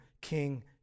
King